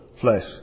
flesh